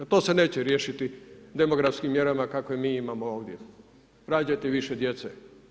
To se neće riješiti demografskim mjerama kakve mi imamo ovdje, rađajte više djece.